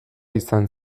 izan